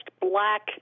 black